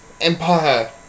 Empire